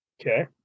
Okay